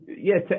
yes